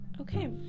Okay